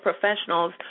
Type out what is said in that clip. professionals